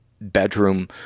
bedroom